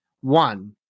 One